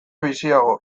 biziago